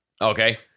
okay